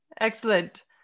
Excellent